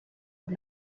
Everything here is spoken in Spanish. por